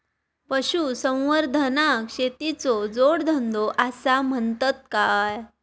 पशुसंवर्धनाक शेतीचो जोडधंदो आसा म्हणतत काय?